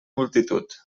multitud